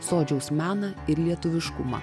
sodžiaus meną ir lietuviškumą